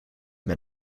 met